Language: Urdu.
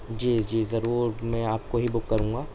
جی جی ضرور میں آپ کو ہی بک کروں گا